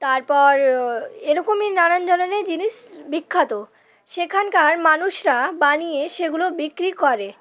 তারপর এরকমই নানান ধরনের জিনিস বিখ্যাত সেখানকার মানুষরা বানিয়ে সেগুলো বিক্রি করে